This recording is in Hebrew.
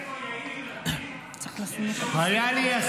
מעניין איפה יאיר לפיד שירת --- הייתה לי הזכות,